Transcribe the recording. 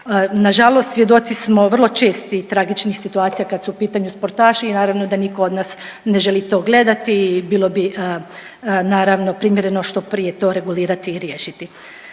Nažalost svjedoci smo vrlo čestih tragičnih situacija kad su u pitanju sportaši i naravno da niko od nas ne želi to gledati i bilo bi naravno primjereno što prije to regulirati i riješiti.